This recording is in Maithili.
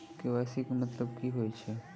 के.वाई.सी केँ मतलब की होइ छै?